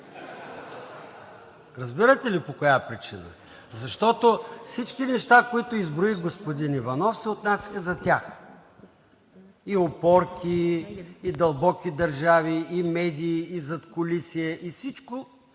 Разбирате ли по коя причина? Защото всички неща, които изброих, господин Иванов, се отнасяха за тях – и опорки, и дълбоки държави, и медии, и задкулисие и всичко.